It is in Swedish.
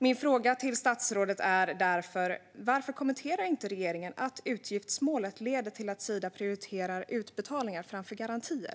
Min fråga till statsrådet är därför: Varför kommenterar inte regeringen att utgiftsmålet leder till att Sida prioriterar utbetalningar framför garantier?